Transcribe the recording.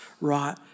right